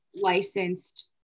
Licensed